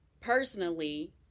personally